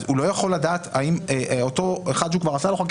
אז הוא לא יכול לדעת האם אותו אחד שהוא כבר עשה לו חקירת יכולת,